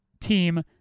team